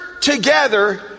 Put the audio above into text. together